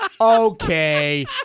Okay